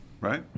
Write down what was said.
right